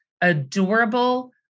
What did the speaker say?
adorable